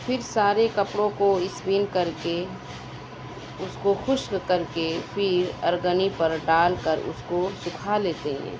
پھر سارے کپڑوں کو اسپن کر کے اُس کو خشک کر کے پھر ارگنی پر ڈال کر اُس کو سُکھا لیتے ہیں